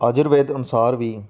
ਆਯੁਰਵੇਦ ਅਨੁਸਾਰ ਵੀ